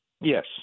Yes